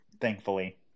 thankfully